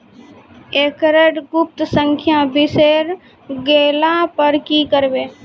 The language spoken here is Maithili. एकरऽ गुप्त संख्या बिसैर गेला पर की करवै?